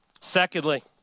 Secondly